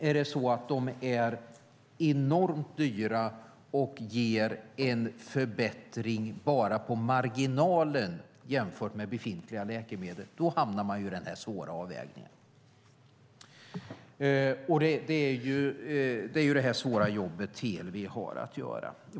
Är de enormt dyra och ger en förbättring bara på marginalen jämfört med befintliga läkemedel hamnar man i denna svåra avvägning. Det är detta svåra jobb som TLV har att göra.